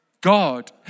God